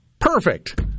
Perfect